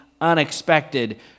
unexpected